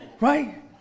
Right